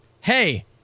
Hey